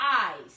eyes